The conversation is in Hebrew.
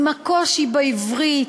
עם הקושי בעברית,